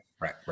right